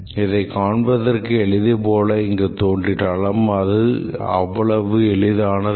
இதை காண்பதற்கு எளிது போல் இங்கு தோன்றினாலும் இது அவ்வளவு எளிதானதல்ல